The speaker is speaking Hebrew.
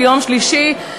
ביום שלישי,